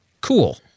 Cool